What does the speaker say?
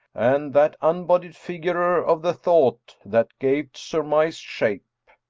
and that unbodied figure of the thought that gave't surmised shape.